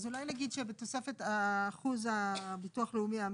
אז אולי להגיד שבתוספת האחוז הביטוח הלאומי המתאים,